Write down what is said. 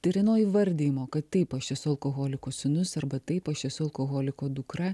tai yra nuo įvardijimo kad taip aš esu alkoholiko sūnus arba taip aš esu alkoholiko dukra